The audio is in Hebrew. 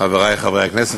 חברי חברי הכנסת,